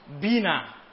Bina